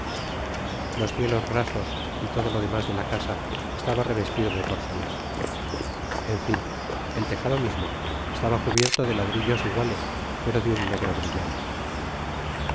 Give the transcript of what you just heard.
los cielos rasos y todo lo demas de la casa estaba revestido de porcelana en fia el tejado mismo estaba cubierto de ladrillos iguales pero de un negro brillante